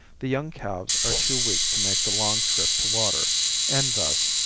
the young calves are too weak to make the long trip to water and thus,